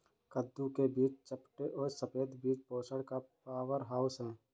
कद्दू के बीज चपटे और सफेद बीज पोषण का पावरहाउस हैं